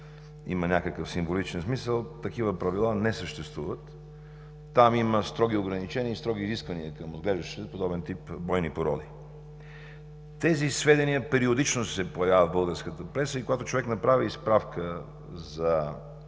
има някакъв символичен смисъл, такива правила не съществуват. Там има строги ограничения и строги изисквания към отглеждащите подобен тип бойни породи. Тези сведения периодично се появяват в българската преса и, когато човек направи справка за